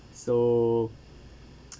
so